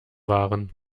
waren